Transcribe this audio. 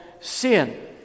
sin